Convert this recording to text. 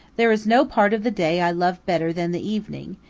there is no part of the day i love better than the evening,